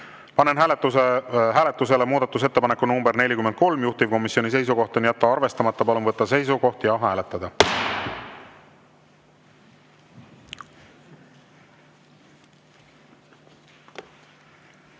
Panen hääletusele muudatusettepaneku nr 56, juhtivkomisjoni seisukoht on jätta arvestamata. Palun võtta seisukoht ja hääletada!